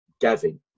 Gavin